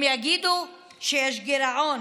הם יגידו שיש גירעון